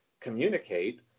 communicate